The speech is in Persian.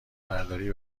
برداری